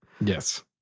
Yes